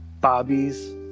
bobbies